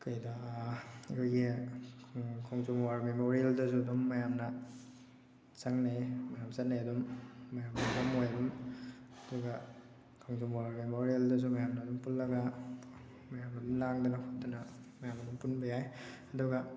ꯀꯩꯗ ꯑꯩꯈꯣꯏꯒꯤ ꯈꯣꯡꯖꯣꯝ ꯋꯥꯔ ꯃꯦꯃꯣꯔꯤꯌꯜꯗꯁꯨ ꯑꯗꯨꯝ ꯃꯌꯥꯝꯅ ꯆꯪꯅꯩ ꯃꯌꯥꯝ ꯆꯠꯅꯩ ꯃꯌꯥꯝ ꯄꯨꯟꯐꯝ ꯑꯣꯏ ꯑꯗꯨꯝ ꯑꯗꯨꯒ ꯈꯣꯡꯖꯣꯝ ꯋꯥꯔ ꯃꯦꯃꯣꯔꯤꯌꯜꯗꯁꯨ ꯃꯌꯥꯃꯅ ꯑꯗꯨꯝ ꯄꯨꯜꯂꯒ ꯃꯌꯥꯝꯅ ꯑꯗꯨꯝ ꯂꯥꯡꯗꯅ ꯈꯣꯠꯇꯅ ꯃꯌꯥꯝꯒ ꯑꯗꯨꯝ ꯄꯨꯟꯕ ꯌꯥꯏ ꯑꯗꯨꯒ